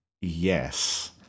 Yes